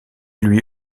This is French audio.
luy